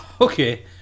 Okay